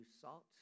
salt